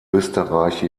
österreich